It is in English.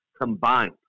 combined